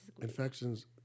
Infections